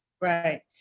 Right